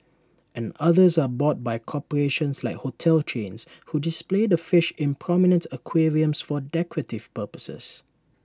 and others are bought by corporations like hotel chains who display the fish in prominent aquariums for decorative purposes